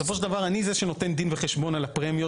בסופו של דבר אני זה שנותן דין וחשבון על הפרמיות,